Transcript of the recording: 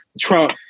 Trump